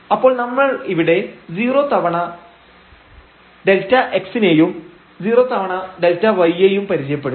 അപ്പോൾ നമ്മൾ ഇവിടെ 0 തവണ Δx നെയും 0 തവണ Δy യെയും പരിചയപ്പെടുത്തി